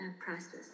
process